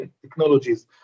technologies